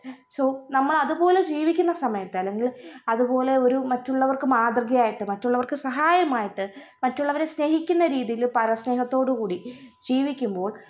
so നമ്മൾ അതുപോലെ ജീവിക്കുന്ന സമയത്ത് അല്ലെങ്കിൽ അതുപോലെ ഒരു മറ്റുള്ളവർക്ക് മാതൃകയായിട്ട് മറ്റുള്ളവർക്ക് സഹായമായിട്ട് മറ്റുള്ളവരെ സ്നേഹിക്കുന്ന രീതിയിൽ പര സ്നേഹത്തോടുക്കൂടി ജീവിക്കുമ്പോൾ